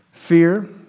Fear